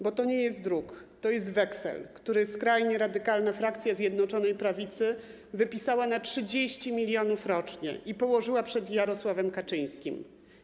Bo to nie jest druk, to jest weksel, który skrajnie radykalna frakcja Zjednoczonej Prawicy wypisała na 30 mln rocznie i położyła przed Jarosławem Kaczyńskim.